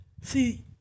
see